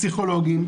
פסיכולוגים,